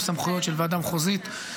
עם סמכויות של ועדה מחוזית,